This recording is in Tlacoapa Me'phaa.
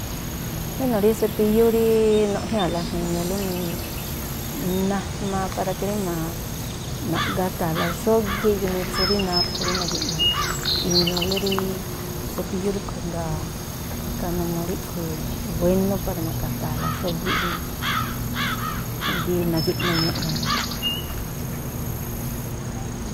Buéno̱ rí sepíyú rí nuꞌjñáa̱la jma̱a iñulú, najmaa para ke rí ma̱ꞌgata̱a̱la xógíꞌ ginitsu rí naphu rí nagi̱ꞌma iñulú rí sepíyú ríꞌkhui̱. Jngáa̱ ikhaa numuu ríꞌkhui̱ wénú para ma̱ꞌgata̱a̱la xógíꞌ rí rí nagi̱ꞌma iñuꞌlú rá mí.